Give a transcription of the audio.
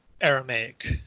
Aramaic